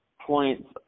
points